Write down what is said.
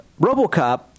RoboCop